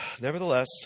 Nevertheless